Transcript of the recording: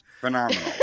Phenomenal